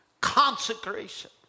consecration